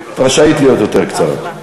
את רשאית להיות יותר קצרה.